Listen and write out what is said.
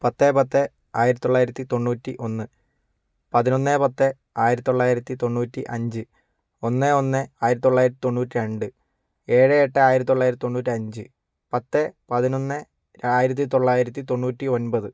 പത്ത് പത്ത് ആയിരത്തി തൊള്ളായിരത്തി തൊണ്ണൂറ്റി ഒന്ന് പതിനൊന്ന് പത്ത് ആയിരത്തി തൊള്ളായിരത്തി തൊണ്ണൂറ്റി അഞ്ച് ഒന്ന് ഒന്ന് ആയിരത്തി തൊള്ളായിരത്തി തൊണ്ണൂറ്റി രണ്ട് ഏഴ് എട്ട് ആയിരത്തി തൊള്ളായിരത്തി തൊണ്ണൂറ്റഞ്ച് പത്ത് പതിനൊന്ന് ആയിരത്തി തൊള്ളായിരത്തി തൊണ്ണൂറ്റി ഒൻപത്